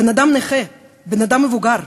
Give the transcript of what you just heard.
בן-אדם נכה, בן-אדם מבוגר,